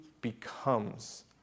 becomes